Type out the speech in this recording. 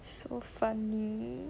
so funny